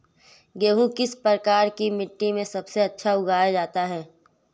गेहूँ किस प्रकार की मिट्टी में सबसे अच्छा उगाया जाता है?